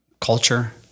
culture